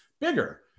bigger